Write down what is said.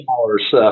hours